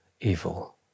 evil